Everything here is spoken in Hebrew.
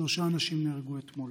שלושה אנשים נהרגו אתמול.